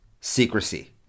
secrecy